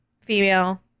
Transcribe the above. female